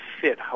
fit